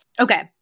Okay